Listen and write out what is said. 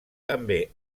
també